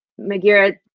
Magira